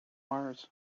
mars